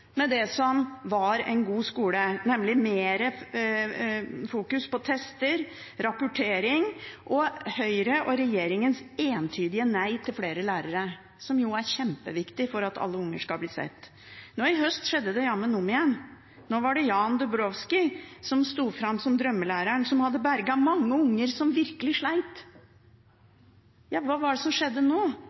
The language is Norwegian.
med det som var en god skole – nemlig mer fokus på tester, rapportering, og Høyre og regjeringens entydige nei til flere lærere, som er kjempeviktig for at alle unger skal bli sett. Nå i høst skjedde det jammen om igjen. Nå var det Jan Dubowski som sto fram som drømmelæreren som hadde berget mange unger som virkelig sleit. Ja, hva var det som skjedde nå?